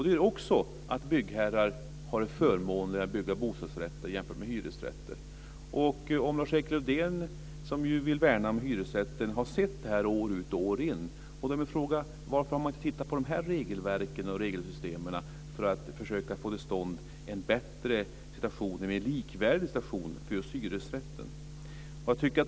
Det gör också att det för byggherrar blir förmånligare att bygga bostadsrätter jämfört med hur det är beträffande hyresrätter. Om Lars-Erik Lövdén, som ju vill värna hyresrätten, år efter år har sett detta undrar jag varför man inte har tittat närmare på de här regelverken och regelsystemen för att försöka få till stånd en bättre situation, en mer likvärdig situation, för just hyresrätten.